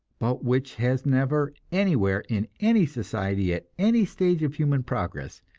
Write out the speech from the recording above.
but which has never anywhere, in any society, at any stage of human progress,